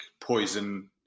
poison